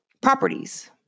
properties